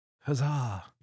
Huzzah